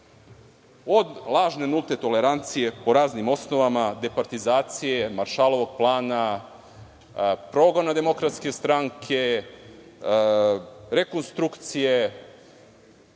od lažne nulte tolerancije po raznim osnovama, departizacije, Maršalovog plana, progona DS, rekonstrukcije,